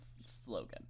slogan